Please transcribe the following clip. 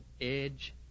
edge